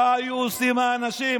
מה היו עושים האנשים?